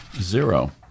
zero